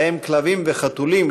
ובהם כלבים וחתולים,